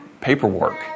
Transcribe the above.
paperwork